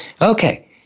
Okay